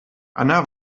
anna